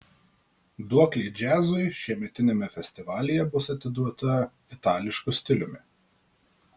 duoklė džiazui šiemetiniame festivalyje bus atiduota itališku stiliumi